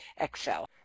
Excel